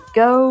go